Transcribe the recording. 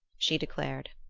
she declared.